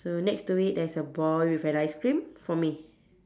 so next to it there's a ball with an ice cream for me